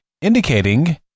indicating